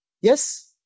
Yes